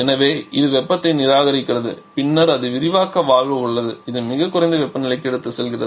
எனவே இது வெப்பத்தை நிராகரிக்கிறது பின்னர் அது விரிவாக்க வால்வு உள்ளது இது மிகக் குறைந்த வெப்பநிலைக்கு எடுத்துச் செல்கிறது